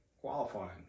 Qualifying